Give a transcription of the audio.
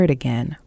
again